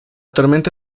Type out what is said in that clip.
tormenta